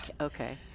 okay